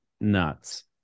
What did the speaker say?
nuts